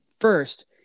First